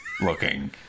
looking